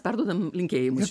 perduodam linkėjimus